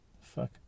Fuck